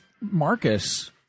Marcus